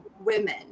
women